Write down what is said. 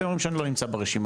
אתם אומרים שאני לא נמצא ברשימה,